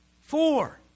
Four